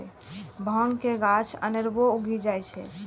भांग के गाछ अनेरबो उगि जाइ छै